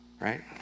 right